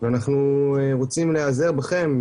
ואנחנו רוצים להעזר בכל,